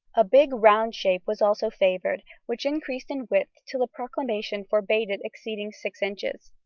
a big, round shape was also favoured, which increased in width till a proclamation forbade it exceeding six inches.